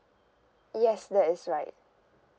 yes that's right